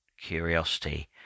curiosity